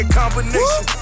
combination